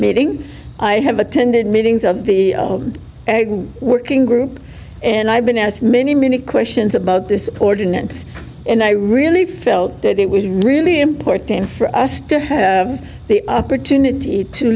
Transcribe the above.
meeting i have attended meetings of the working group and i've been asked many many questions about this ordinance and i really felt that it was really important for us to have the opportunity to